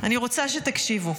אני רוצה שתקשיבו: